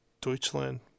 deutschland